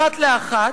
אחת לאחת.